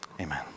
amen